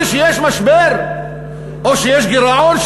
כשיש משבר או כשיש גירעון,